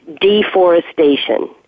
deforestation